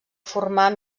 formar